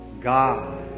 God